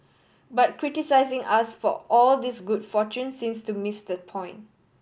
but criticising us for all this good fortune seems to miss the point